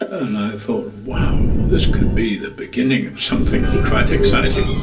ah and i thought, wow, this could be the beginning of something quite exciting.